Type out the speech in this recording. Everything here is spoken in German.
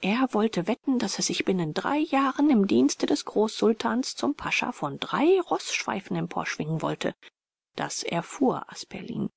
er wollte wetten daß er sich binnen drei jahren im dienste des großsultan zum pascha von drei roßschweifen emporschwingen wollte das erfuhr asperlin